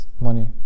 money